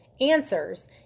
answers